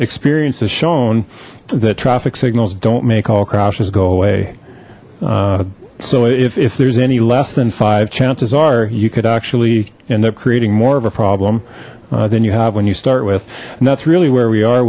experience has shown that traffic signals don't make all crashes go away so if there's any less than five chances are you could actually end up creating more of a problem than you have when you start with and that's really where we are